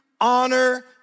honor